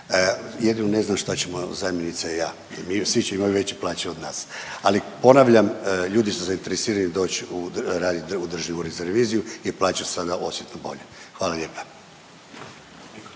jedino ne znam šta ćemo zamjenica i ja, mi, svi će imati veće plaće od nas. Ali, ponavljam, ljudi su zainteresirani doći u, radit u državnu reviziju i plaća je sada osjetno bolja. Hvala lijepa.